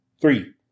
Three